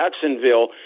Jacksonville